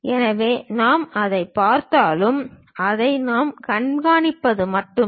எனவே நாம் எதைப் பார்த்தாலும் அதை நாம் காண்பிப்பது மட்டுமே